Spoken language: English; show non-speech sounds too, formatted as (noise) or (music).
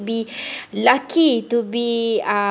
be (breath) lucky to be uh